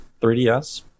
3ds